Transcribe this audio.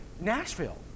Nashville